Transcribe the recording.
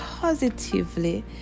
positively